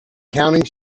counting